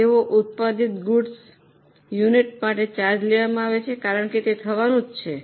તેઓ ઉત્પાદિત goods unit માટે ચાર્જ લેવામાં આવે છે કારણ કે તે થવાનું જ છે